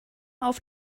auf